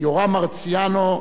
יורם מרציאנו,